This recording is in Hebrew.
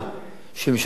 שהיא ממשלה דמוקרטית,